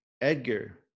Edgar